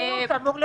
לתזמורת.